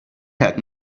had